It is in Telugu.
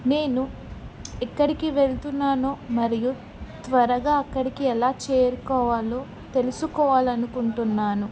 నేను ఎక్కడికి వెళుతున్నానో మరియు త్వరగా అక్కడికి ఎలా చేరుకోవాలో తెలుసుకోవాలి అనుకుంటున్నాను